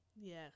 Yes